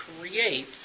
create